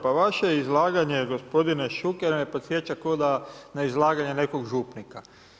Pa vaše izlaganje gospodine Šuker me podsjeća kao na izlaganje nekog župnika.